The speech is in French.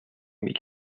mille